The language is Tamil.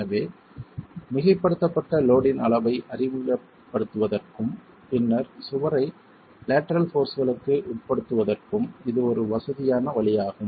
எனவே மிகைப்படுத்தப்பட்ட லோட் இன் அளவை அறிமுகப்படுத்துவதற்கும் பின்னர் சுவரை லேட்டரல் போர்ஸ்களுக்கு உட்படுத்துவதற்கும் இது ஒரு வசதியான வழியாகும்